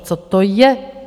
Co to je?